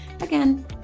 again